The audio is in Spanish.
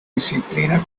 disciplinas